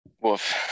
Woof